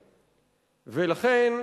ולכן,